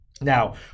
Now